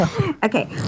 Okay